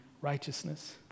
righteousness